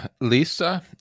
Lisa